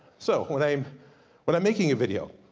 so when i'm when i'm making a video,